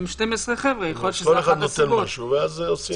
כל אחד נותן משהו ואז עושים.